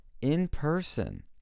In-person